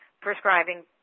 prescribing